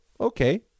Okay